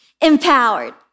empowered